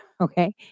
okay